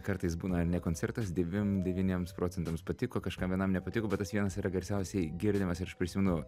kartais būna ar ne koncertas devym devyniems procentams patiko kažkam vienam nepatiko bet tas vienas yra garsiausiai girdimas ir aš prisimenu